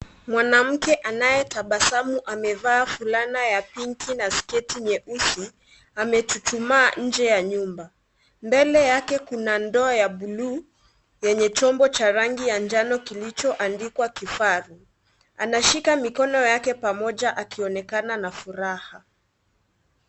Mwanamke anayebasamu amevaa fulana ya pinki na sketi nyeusi. Amechuchumaa nje ya nyumba. Mbele yake kuna ndoo ya bluu yenye chombo cha rangi ya njano kilichoandikwa kifaru. Anashika mikono yake pamoja akionekana na furaha.